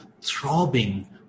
throbbing